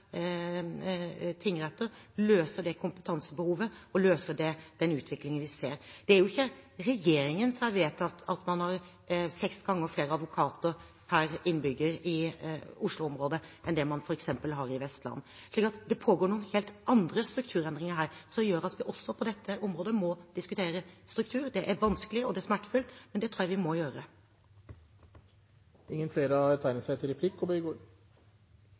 tingretter? Løser det kompetansebehovet, og løser det den utviklingen vi ser? Det er jo ikke regjeringen som har vedtatt at man har seks ganger flere advokater per innbygger i Oslo-området enn det man f.eks. har i Vestland. Så det pågår noen helt andre strukturendringer her, som gjør at vi også på dette området må diskutere struktur. Det er vanskelig og det er smertefullt, men det tror jeg vi må gjøre.